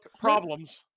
problems